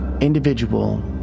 individual